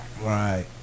Right